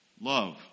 Love